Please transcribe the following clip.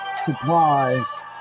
supplies